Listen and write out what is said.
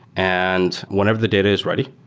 and whenever the data is ready,